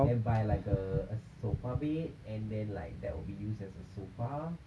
then buy like a a sofa bed and then like that will be used as a sofa